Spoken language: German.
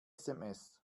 sms